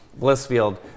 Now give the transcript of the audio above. Blissfield